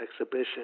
exhibition